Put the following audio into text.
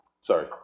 Sorry